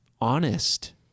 honest